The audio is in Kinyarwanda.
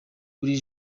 buri